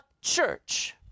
church